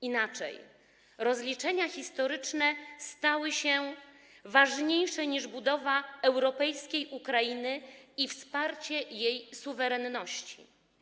Inaczej, rozliczenia historyczne stały się ważniejsze niż budowa europejskiej Ukrainy i wsparcie jej suwerenności.